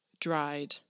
dried